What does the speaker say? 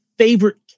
favorite